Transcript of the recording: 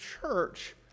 church